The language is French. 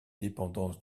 dépendance